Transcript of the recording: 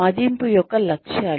మదింపు యొక్క లక్ష్యాలు